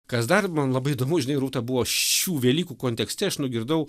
kas dar man labai įdomu žinai rūta buvo šių velykų kontekste aš nugirdau